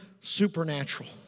supernatural